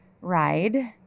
ride